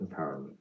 empowerment